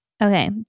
Okay